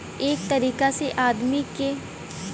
एक तरीका से आदमी के बीमा क रकम डूबे से बचला